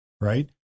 right